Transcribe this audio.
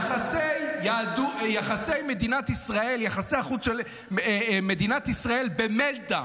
יחסי החוץ של מדינת ישראל ב-meltdown,